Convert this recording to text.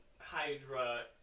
Hydra